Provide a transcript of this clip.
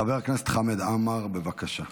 חבר הכנסת חמד עמאר, בבקשה.